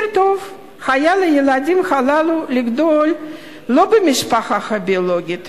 יותר טוב היה לילדים הללו לגדול לא במשפחה הביולוגית,